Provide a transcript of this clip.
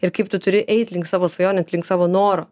ir kaip tu turi eit link savo svajonių atlink savo noro